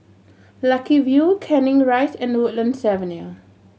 Lucky View Canning Rise and Woodlands Avenue